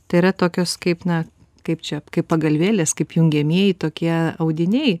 tai yra tokios kaip na kaip čia kaip pagalvėlės kaip jungiamieji tokie audiniai